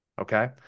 Okay